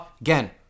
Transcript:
Again